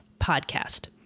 Podcast